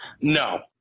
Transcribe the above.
No